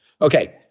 okay